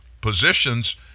positions